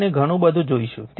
આપણે ઘણું બધું જોઈશું